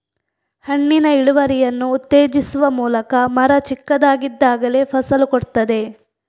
ಹಣ್ಣಿನ ಇಳುವರಿಯನ್ನು ಉತ್ತೇಜಿಸುವ ಮೂಲಕ ಮರ ಚಿಕ್ಕದಾಗಿದ್ದಾಗಲೇ ಫಸಲು ಕೊಡ್ತದೆ